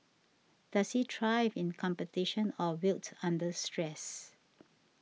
does he thrive in competition or wilt under stress